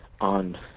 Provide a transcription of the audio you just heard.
on